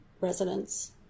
residents